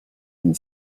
and